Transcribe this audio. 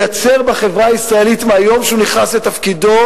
מהיום שהוא נכנס לתפקידו,